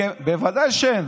בוודאי שאין.